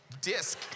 disc